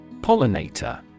Pollinator